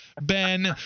Ben